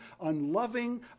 unloving